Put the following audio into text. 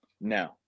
No